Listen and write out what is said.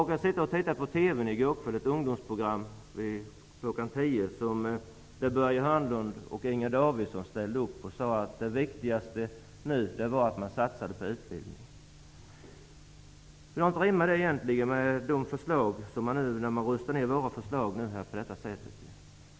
Jag såg i går kväll på ett ungdomsprogram på TV, där Inger Davidson och Börje Hörnlund ställde upp och sade att det viktigaste just nu var att satsa på utbildning. Hur rimmar det egentligen med att man röster ner våra förslag?